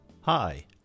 Hi